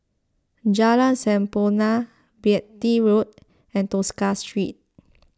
Jalan Sampurna Beatty Road and Tosca Street